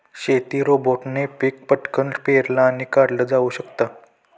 शेती रोबोटने पिक पटकन पेरलं आणि काढल जाऊ शकत